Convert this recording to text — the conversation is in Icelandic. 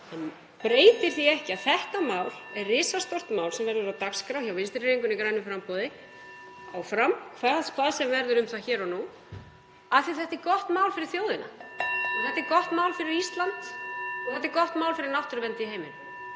það breytir því ekki að þetta er risastórt mál sem verður á dagskrá hjá Vinstrihreyfingunni – grænu framboði áfram, hvað sem verður um það hér og nú, af því að þetta er gott mál fyrir þjóðina. (Forseti hringir.) Þetta er gott mál fyrir Ísland og þetta er gott mál fyrir náttúruvernd í heiminum.